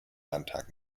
landtag